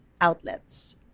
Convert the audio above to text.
outlets